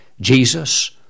Jesus